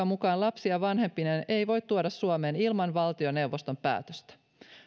mukaan lapsia vanhempineen ei voi tuoda suomeen ilman valtioneuvoston päätöstä